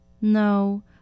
No